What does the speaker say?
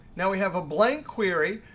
now we have a blank query.